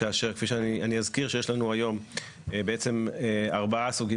אני אזכיר שיש לנו היום בעצם ארבעה סוגים